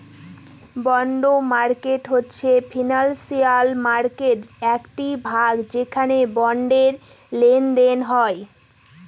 bond market হচ্ছে financial মার্কেটের একটি ভাগ যেখানে বন্ডের লেনদেন হয়